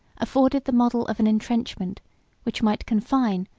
afforded the model of an intrenchment which might confine,